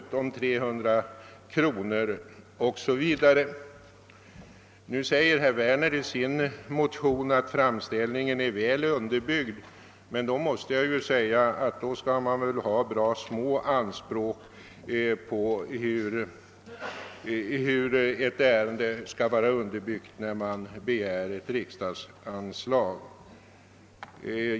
I det motionspar som herr Werner varit med om att väcka sägs det att framställningen är väl underbyggd. Men då skall man väl ha bra små anspråk på hur ett ärende skall vara underbyggt vid begäran om riksdagsanslag.